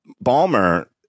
Balmer